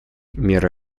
меры